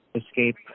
escape